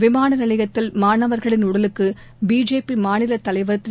விமான நிலையத்தில் மாணவர்களின் உடலுக்கு பிஜேபி மாநிலத் தலைவர் திரு